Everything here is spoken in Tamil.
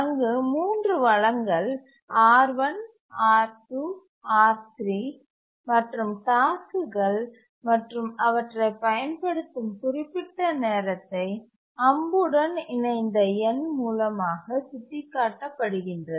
அங்கு 3 வளங்கள் R1 R2 R3 மற்றும் டாஸ்க்குகள் மற்றும் அவற்றை பயன்படுத்தும் குறிப்பிட்ட நேரத்தை அம்புடன் இணைந்த எண் மூலமாக சுட்டிக்காட்டப்படுகின்றது